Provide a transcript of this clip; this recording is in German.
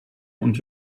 und